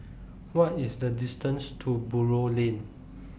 What IS The distance to Buroh Lane